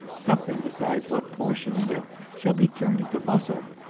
something decides what portion of it shall be turned into muscle,